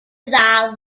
ddal